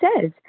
says